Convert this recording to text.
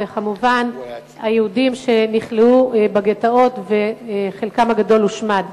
וכמובן היהודים שנכלאו בגטאות וחלקם הגדול הושמדו.